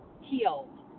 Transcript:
healed